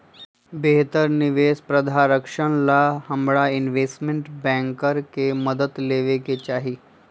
बेहतर निवेश प्रधारक्षण ला हमरा इनवेस्टमेंट बैंकर के मदद लेवे के चाहि